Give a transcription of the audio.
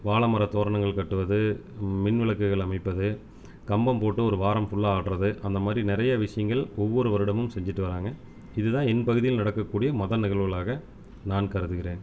வாழைமரம் தோரணங்கள் கட்டுவது மின் விளக்குகள் அமைப்பது கம்பம் போட்டு ஒரு வாரம் ஃபுல்லாக ஆடுவது அந்தமாதிரி நிறைய விஷயங்கள் ஒவ்வொரு வருடமும் செஞ்சுட்டு வராங்க இது தான் என் பகுதியில் நடக்கக்கூடிய மத நிகழ்வுகளாக நான் கருதுகிறேன்